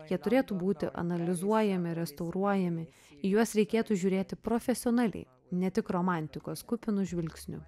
jie turėtų būti analizuojami restauruojami į juos reikėtų žiūrėti profesionaliai ne tik romantikos kupinu žvilgsniu